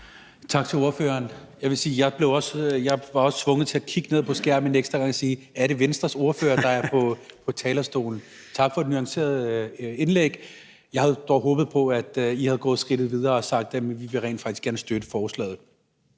Tak til ordføreren. Jeg vil sige, at jeg også følte mig tvunget til at kigge ned på skærmen en ekstra gang for at se, om det er Venstres ordfører, der er på talerstolen. Tak for et nuanceret indlæg. Jeg havde dog håbet på, at I var gået skridtet videre og havde sagt: Vi vil rent faktisk gerne støtte forslaget.